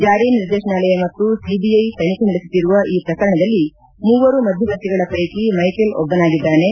ಜಾರಿ ನಿರ್ದೇಶನಾಲಯ ಮತ್ತು ಸಿಬಿಐ ತನಿಖೆ ನಡೆಸುತ್ತಿರುವ ಈ ಪ್ರಕರಣದಲ್ಲಿ ಮೂವರು ಮಧ್ಯವರ್ತಿಗಳ ಪೈಕಿ ಮೈಕೆಲ್ ಒಬ್ಬನಾಗಿದ್ದಾನೆ